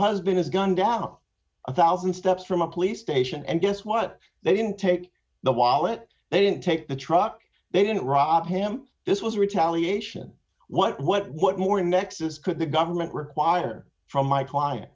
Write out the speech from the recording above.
husband is gunned down a one thousand steps from a police station and guess what they didn't take the wallet they didn't take the truck they didn't rob him this was retaliation what what what more nexus could the government require from my client